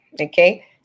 Okay